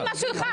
תגיד משהו אחד.